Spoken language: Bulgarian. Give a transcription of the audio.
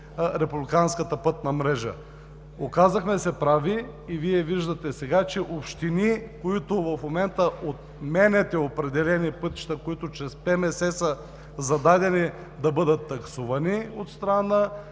републиканската пътна мрежа. Оказахме се прави и Вие виждате сега, че общини, за които в момента отменяте определени пътища, които чрез ПМС са зададени да бъдат таксувани от страна